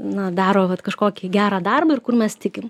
na daro vat kažkokį gerą darbą ir kur mes tikim